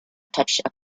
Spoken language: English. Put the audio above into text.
touched